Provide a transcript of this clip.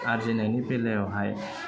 आरजिनायनि बेलायावहाय